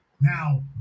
Now